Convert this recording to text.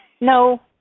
No